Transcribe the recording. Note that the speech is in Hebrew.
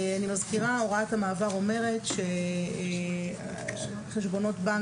אני מזכירה: הוראת המעבר אומרת שחשבונות בנק